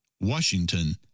washington